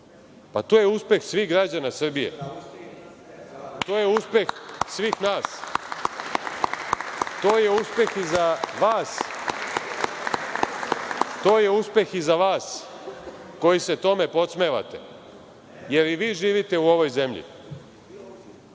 pa to je uspeh svih građana Srbije. To je uspeh svih nas. To je uspeh i za vas koji se tome podsmevate, jer i vi živite u ovoj zemlji. Na